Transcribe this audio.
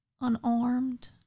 unarmed